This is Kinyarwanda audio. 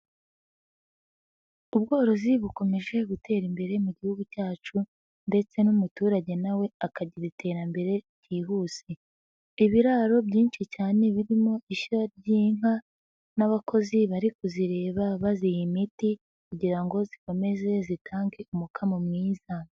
Ubworozi bukomeje gutera imbere mu gihugu cyacu ndetse n'umuturage nawe akagira iterambere ryihuse. Ibiraro byinshi cyane birimo ishyo ry'inka n'abakozi bari kuzireba baziha imiti kugira ngo zikomeze zitange umukamo mwiza.